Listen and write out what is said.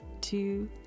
two